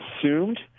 assumed